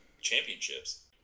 championships